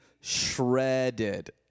shredded